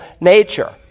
nature